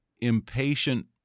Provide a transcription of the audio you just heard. impatient